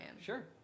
Sure